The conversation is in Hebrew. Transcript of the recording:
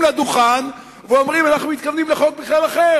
לדוכן ואומרים: אנחנו בכלל מתכוונים לחוק אחר.